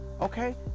okay